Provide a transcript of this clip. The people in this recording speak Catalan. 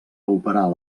operar